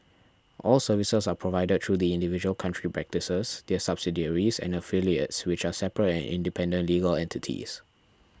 all services are provided through the individual country practices their subsidiaries and affiliates which are separate and independent legal entities